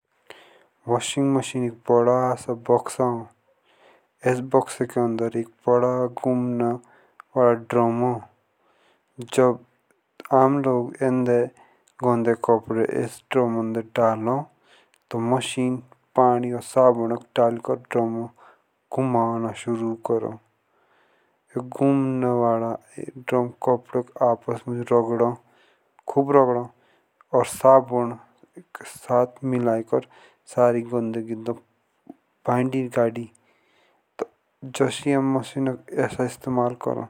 Washing machine एक बड़ा सा बक्सा हा आन बक्सा के अंदर एक बड़ा सा घुमना वाला ड्रम हो जिब आम लोग उनके गंदे कपड़े इस ड्रम में डालो। तब मशीन पानी और साबुनक डालकर घुमाना शुरू करो। घुमणो वाला ड्रम कपड़े आपस माज रगड़ो कब रगड़ो और साबुनक साथ मिलाकर सारी गंदगी दो भाइंदी गाड़ी।